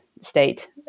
state